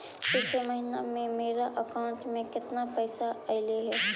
पिछले महिना में मेरा अकाउंट में केतना पैसा अइलेय हे?